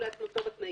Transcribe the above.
ולהתנותו בתנאים.